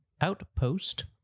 Outpost